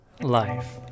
Life